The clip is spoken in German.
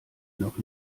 noch